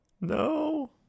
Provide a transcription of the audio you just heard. No